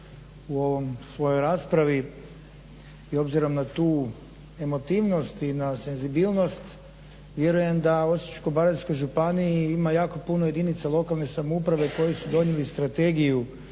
u ovoj svojoj raspravi i obzirom na tu emotivnost i na senzibilnost vjerujem da u Osječko-baranjskoj županiji ima jako puno jedinica lokalne samouprave koje su donijele strategiju